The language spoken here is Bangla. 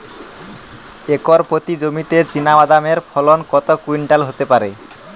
একর প্রতি জমিতে চীনাবাদাম এর ফলন কত কুইন্টাল হতে পারে?